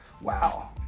Wow